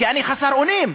כי אני חסר אונים.